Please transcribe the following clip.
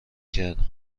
کردم